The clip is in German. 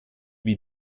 wie